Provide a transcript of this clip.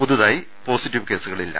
പുതുതായി പോസിറ്റീവ് കേസുകളില്ല